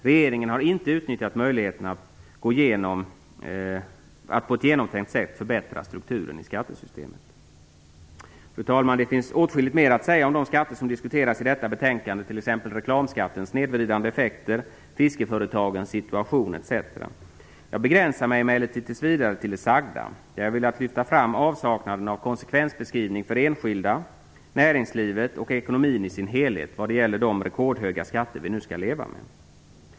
Regeringen har inte utnyttjat möjligheten att på ett genomtänkt sätt förbättra strukturen i skattesystemet. Fru talman! Det finns åtskilligt mer att säga om de skatter som diskuteras i detta betänkande, t.ex. reklamskattens snedvridande effekter, fiskeföretagens situation etc. Jag begränsar mig emellertid tills vidare till det sagda, där jag velat lyfta fram avsaknaden av konsekvensbeskrivning för enskilda, näringslivet och ekonomin i sin helhet vad gäller de rekordhöga skatter vi nu skall leva med.